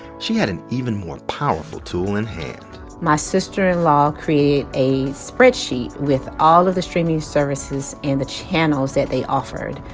she had an even more powerful tool in hand my sister-in-law created a spreadsheet with all of the streaming services and the channels that they offered,